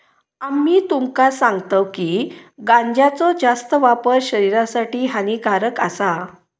आम्ही तुमका सांगतव की गांजाचो जास्त वापर शरीरासाठी हानिकारक आसा